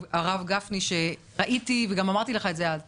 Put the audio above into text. הרב גפני, ואמרתי לך את זה גם אז: